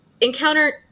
encounter